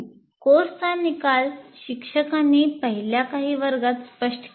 कोर्सचा निकाल शिक्षकांनी पहिल्या काही वर्गात स्पष्ट केला आहे